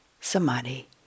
samadhi